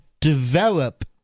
develop